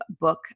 book